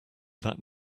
that